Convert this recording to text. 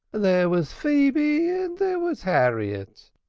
there was phoeby and there was harriet.